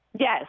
Yes